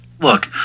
look